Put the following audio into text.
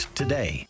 today